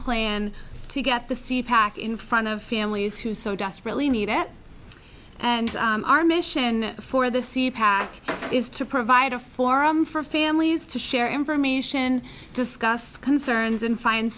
plan to get the seed pack in front of families who so desperately need it and our mission for the c pac is to provide a forum for families to share information discuss concerns and find